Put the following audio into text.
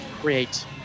create